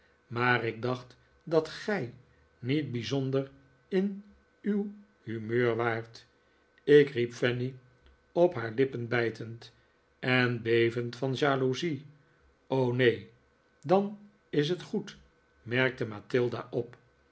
maar ik dacht dat gij niet bijzonder in uw humeur waart i k riep fanny op haar lippen bijtend en bevend van jaloezie neen dan is het goed merkte mathilda op